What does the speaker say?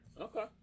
Okay